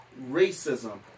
racism